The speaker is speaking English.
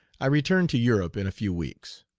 i return to europe in a few weeks.